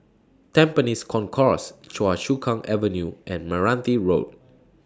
Tampines Concourse Choa Chu Kang Avenue and Meranti Road